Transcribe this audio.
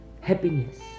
happiness